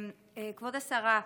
כבוד השרה,